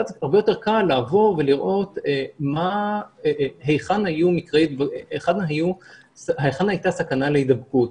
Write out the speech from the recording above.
ואז הרבה יותר קל לעבור ולראות היכן הייתה סכנה להידבקות.